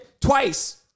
Twice